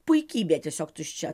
puikybė tiesiog tuščia